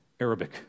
Arabic